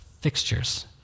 fixtures